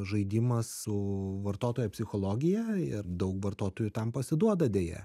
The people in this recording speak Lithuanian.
žaidimas su vartotojo psichologija ir daug vartotojų tam pasiduoda deja